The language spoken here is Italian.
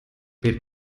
per